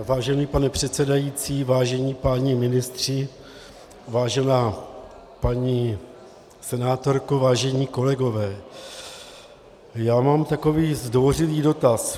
Vážený pane předsedající, vážení páni ministři, vážená paní senátorko, vážení kolegové, já mám takový zdvořilý dotaz.